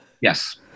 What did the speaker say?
Yes